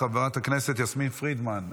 חברת הכנסת יסמין פרידמן,